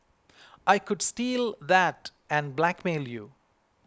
I could steal that and blackmail you